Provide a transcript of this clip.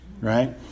right